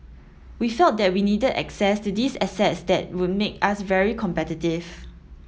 we felt that we needed access to these assets that would make us very competitive